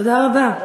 תודה רבה.